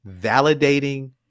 validating